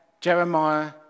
Jeremiah